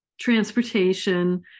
transportation